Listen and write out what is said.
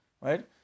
right